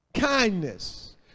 kindness